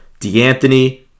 DeAnthony